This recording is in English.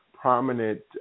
prominent